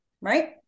right